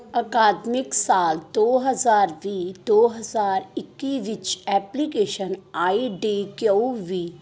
ਅਕਾਦਮਿਕ ਸਾਲ ਦੋ ਹਜ਼ਾਰ ਵੀਹ ਦੋ ਹਜ਼ਾਰ ਇੱਕੀ ਵਿੱਚ application I D K U we